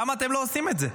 למה אתם לא עושים את זה?